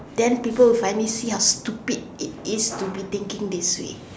then people will finally see how stupid it is to be thinking this way